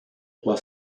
roi